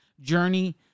journey